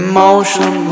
Emotion